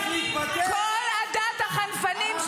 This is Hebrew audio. כל עדת החנפנים,